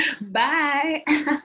Bye